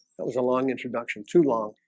that was a long introduction too long